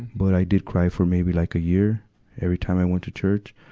but i did cry for maybe like a year every time i went to church.